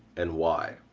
and why?